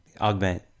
augment